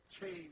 change